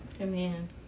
Amen